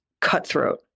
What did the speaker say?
cutthroat